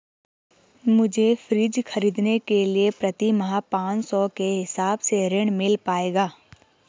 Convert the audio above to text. मुझे फ्रीज खरीदने के लिए प्रति माह पाँच सौ के हिसाब से ऋण मिल पाएगा?